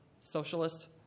socialist